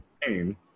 pain